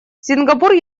сингапур